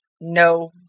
no